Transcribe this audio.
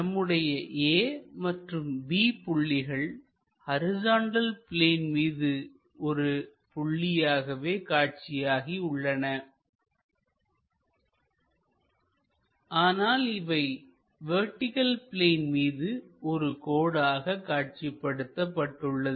நம்முடைய A மற்றும் B புள்ளிகள் ஹரிசாண்டல் பிளேன் மீது ஒரு புள்ளியாகவே காட்சியாகி உள்ளன ஆனால் இவை வெர்டிகள் பிளேன் மீது ஒரு கோடாக காட்சிப்படுத்தப்பட்டுள்ளது